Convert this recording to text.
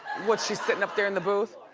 what, she's sitting up there in the booth?